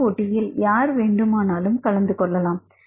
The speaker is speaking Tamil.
இந்தப்போட்டியில் யார் வேண்டுமானாலும் கலந்து கொள்ளலாம்